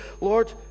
Lord